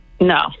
no